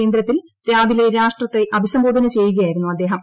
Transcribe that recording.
കേന്ദ്രത്തിൽരാവിലെരാഷ്ട്രത്തെ അഭിസംബോധന ചെയ്യുകയായിരുന്നുഅദ്ദേഹം